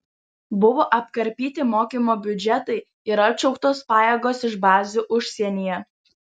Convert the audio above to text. buvo apkarpyti mokymo biudžetai ir atšauktos pajėgos iš bazių užsienyje